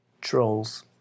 trolls